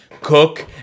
cook